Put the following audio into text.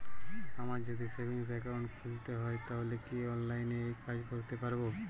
আমায় যদি savings account খুলতে হয় তাহলে কি অনলাইনে এই কাজ করতে পারবো?